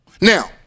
Now